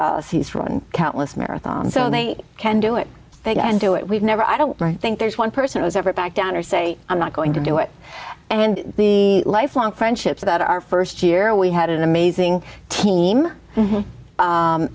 us he's run countless marathons so they can do it they can do it we've never i don't think there's one person who's ever back down or say i'm not going to do it and the lifelong friendships about our st year we had an amazing team